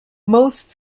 most